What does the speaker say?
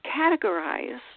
categorize